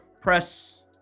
press